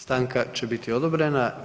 Stanka će biti odobrena.